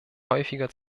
häufiger